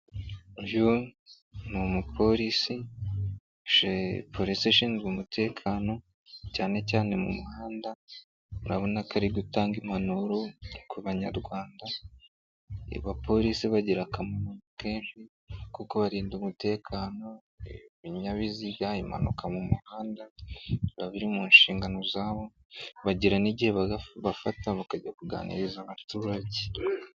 Uyu n'umupolisi, polisi ishinzwe umutekano cyane cyane mu muhanda, urabona ko ari gutanga impanuro ku banyarwanda, abapolisi bagira akamaro kenshi kuko barinda umutekano, ibinyabiziga, impanuka mu muhanda, biba biri mu nshingano zabo bagira n'igihe bafata bakajya kuganiriza abaturage.